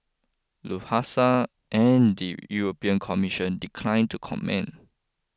Lufthansa and the European Commission decline to comment